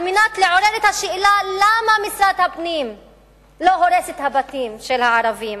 על מנת לעורר את השאלה למה משרד הפנים לא הורס את הבתים של הערבים,